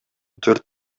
төрт